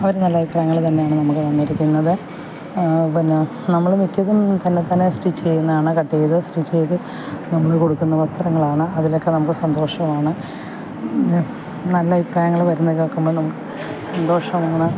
അവർ നല്ല അഭിപ്രായങ്ങൾ തന്നെയാണ് നമുക്ക് തന്നിരിക്കുന്നത് പിന്നെ നമ്മൾ മിക്കതും തന്നത്താനെ സ്റ്റിച്ച് ചെയ്യുന്നതാണ് സ്റ്റിച്ച് ചെയ്തു കട്ട് ചെയ്തു നമ്മൾ കൊടുക്കുന്ന വസ്ത്രങ്ങളാണ് അതിലൊക്കെ നമ്മൾക്ക് സന്തോഷമാണ് പിന്നെ നല്ല അഭിപ്രായങ്ങള് വരുന്നത് കേള്ക്കുമ്പോൾ നമുക്ക് സന്തോഷമാണ്